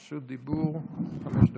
רשות דיבור לחמש דקות.